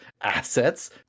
assets